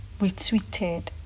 retweeted